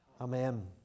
Amen